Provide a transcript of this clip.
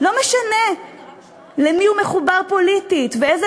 לא משנה למי הוא מחובר פוליטית ואיזה